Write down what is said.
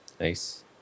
Nice